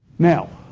now,